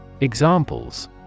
Examples